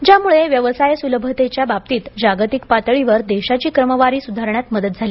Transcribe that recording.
ज्यामुळे व्यवसाय सुलभतेच्या बाबतीत जागतिक पातळीवर देशाची क्रमवारी सुधारण्यात मदत झाली